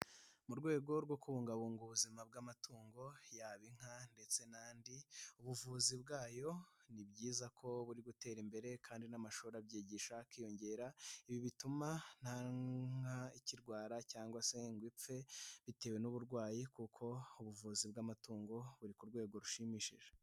Mu rwego rwo kubungabunga ubuzima bw'amatungo yaba inka ndetse n'andi, ubuvuzi bwayo ni byiza ko buri gutera imbere kandi n'amashuri abyigisha akiyongera, ibi bituma nta nka ikirwara cyangwa se ngo ipfe bitewe n'uburwayi kuko ubuvuzi bw'amatungo buri ku rwego rushimishije.